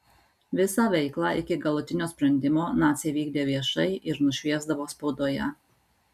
visą veiklą iki galutinio sprendimo naciai vykdė viešai ir nušviesdavo spaudoje